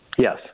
Yes